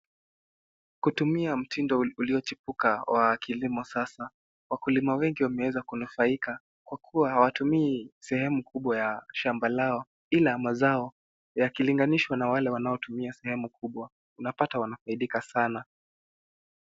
Kutumia mtindo uliochipuka wa kilimo sasa, wakulima wengi wameweza kunufaika kwa kuwa hawatumii sehemu kubwa ya shamba lao; ila mazao yakilinganishwa na wale wanaotumia sehemu kubwa, unapata wanafaidika sana.